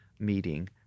Meeting